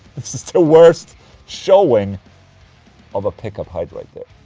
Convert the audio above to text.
worst showing of a pickup height right there.